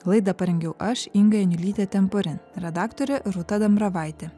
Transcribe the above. laidą parengiau aš inga janiulytė temporin redaktorė rūta dambravaitė